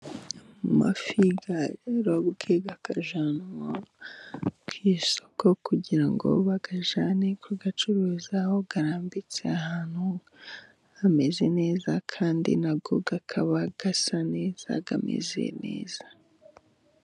Amafi yarobwe akajyanwa ku isoko kugira ngo bayajyane kuyacuruza. Aho arambitse ahantu hameze neza, kandi na yo akaba asa neza, ameze neza.